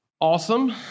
Awesome